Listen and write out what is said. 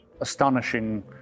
astonishing